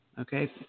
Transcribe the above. okay